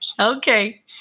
Okay